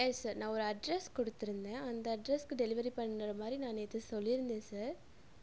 S sir நான் ஒரு address குடுத்துருந்தேன் அந்த அட்ரஸுக்கு டெலிவரி பண்ணுற மாதிரி நான் நேற்று சொல்லிருந்தேன் சார்